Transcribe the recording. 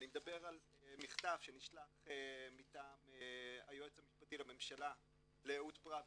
אני מדבר על מכתב שנשלח מטעם היועץ המשפטי לממשלה לאהוד פרוור,